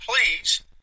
please